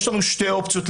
לדעתי יש לנו שתי אופציות.